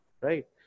right